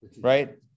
right